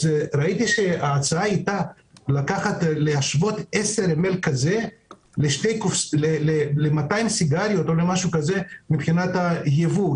ראיתי שההצעה הייתה להשוות 10 מ"ל ל-200 סיגריות מבחינת הייבוא.